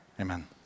amen